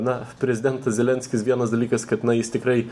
na prezidentas zelenskis vienas dalykas kad na jis tikrai